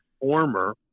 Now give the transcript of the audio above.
former